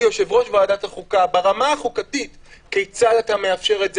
כיושב ראש ועדת החוקה: ברמה החוקתית כיצד אתה מאפשר את זה?